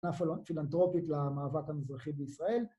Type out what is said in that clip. פילנתרופית למאבק המזרחי בישראל.